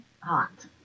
hot